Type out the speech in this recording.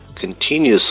Continuously